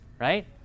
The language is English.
right